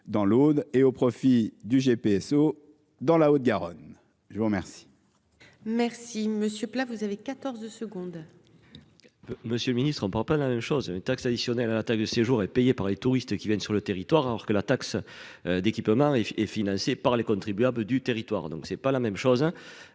Dans l'Aude et au profit du GPSO dans la Haute-Garonne. Je vous remercie. Merci Monsieur plats vous avez 14 secondes. Monsieur le Ministre, ne prend pas la même chose. Une taxe additionnelle à la taxe de séjour est payé par les touristes qui viennent sur le territoire alors que la taxe. D'équipements et est financé par les contribuables du territoire donc c'est pas la même chose